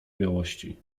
białości